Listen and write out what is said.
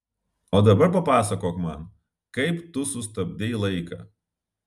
o dabar papasakok man kaip tu sustabdei laiką